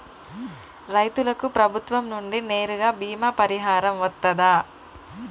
రైతులకు ప్రభుత్వం నుండి నేరుగా బీమా పరిహారం వత్తదా?